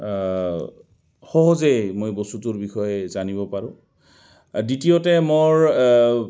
সহজেই মই বস্তুটোৰ বিষয়ে জানিব পাৰোঁ দ্বিতীয়তে মোৰ